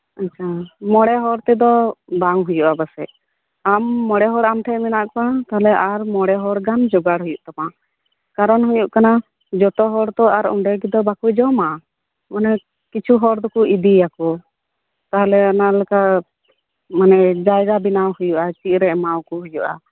ᱟᱪᱪᱷᱟ ᱢᱚᱬᱮ ᱦᱚᱲ ᱛᱮᱫᱚ ᱵᱟᱝ ᱦᱩᱭᱩᱜᱼᱟ ᱯᱟᱥᱮᱪ ᱟᱢ ᱢᱚᱬᱮ ᱦᱚᱲ ᱟᱢ ᱴᱷᱮᱡ ᱢᱮᱱᱟᱜ ᱠᱚᱣᱟ ᱛᱟᱦᱞᱮ ᱟᱨ ᱢᱚᱬᱮ ᱦᱚᱲ ᱜᱟᱱ ᱡᱚᱜᱟᱲ ᱦᱩᱭᱩᱜ ᱛᱟᱢᱟ ᱠᱟᱨᱚᱱ ᱦᱩᱭᱩᱜ ᱠᱟᱱᱟ ᱡᱚᱛᱚ ᱦᱚᱲ ᱛᱚ ᱟᱨ ᱚᱸᱰᱮᱜᱮ ᱫᱚ ᱵᱟᱠᱚ ᱡᱚᱢᱟ ᱢᱟᱱᱮ ᱠᱤᱪᱷᱩ ᱦᱚᱲ ᱫᱚᱠᱚ ᱤᱫᱤᱭᱟᱠᱚ ᱛᱟᱦᱞᱮ ᱚᱱᱟ ᱞᱮᱠᱟ ᱢᱟᱱᱮ ᱡᱟᱭᱜᱟ ᱵᱮᱱᱟᱣ ᱦᱩᱭᱩᱜᱼᱟ ᱪᱮᱜ ᱨᱮ ᱮᱢᱟᱣ ᱠᱚ ᱦᱩᱭᱩᱜᱼᱟ